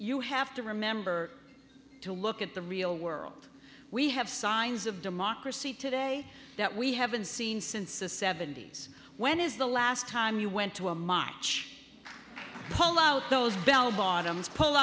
you have to remember to look at the real world we have signs of democracy today that we haven't seen since the seventy's when is the last time you went to a my church pull out those bell bottoms pull